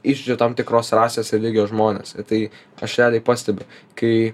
įžeidžia tam tikros rasės ir religijos žmones ir tai aš realiai pastebiu kai